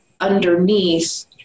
underneath